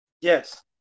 Yes